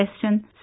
question